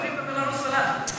אין לנו שגרירים,